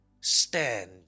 stand